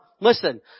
listen